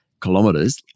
kilometers